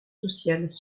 sociales